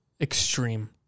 extreme